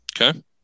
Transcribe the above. Okay